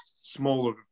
smaller